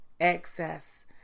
access